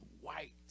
white